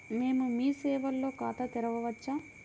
మేము మీ సేవలో ఖాతా తెరవవచ్చా?